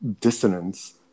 dissonance